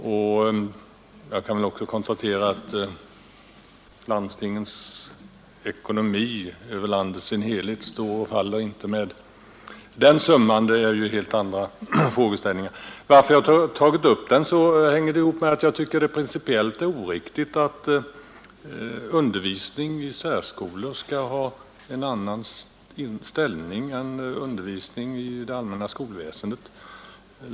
Jag kan i detta sammanhang också konstatera att landstingens ekonomi över landet i dess helhet varken står eller faller med den summan; där rör det sig om helt andra frågeställningar. Min fråga hänger snarare ihop med att jag tycker att det principiellt är oriktigt att undervisning i särskolor skall ha en annan ställning än undervisning i det allmänna skolväsendet.